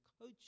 coach